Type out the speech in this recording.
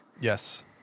Yes